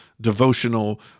devotional